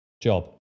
job